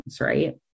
right